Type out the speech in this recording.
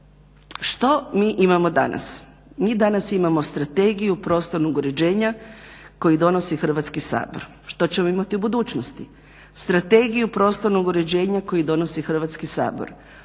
Što mi imamo dana? Mi danas imamo Strategiju prostornog uređenja koju donosi Hrvatski sabor. Što ćemo imati u budućnosti? Strategiju prostornog uređenja koju donosi Hrvatski sabor.